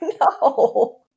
No